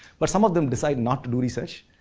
but some of them decide not to do research.